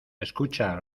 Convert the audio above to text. escucha